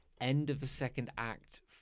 end-of-the-second-act